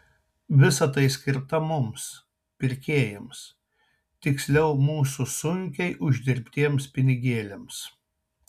visa tai skirta mums pirkėjams tiksliau mūsų sunkiai uždirbtiems pinigėliams